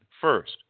first